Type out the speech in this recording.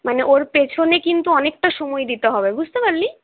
মানে ওর পেছনে কিন্তু অনেকটা সময় দিতে হবে বুঝতে পারলি